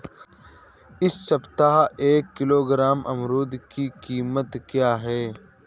इस सप्ताह एक किलोग्राम अमरूद की कीमत क्या है?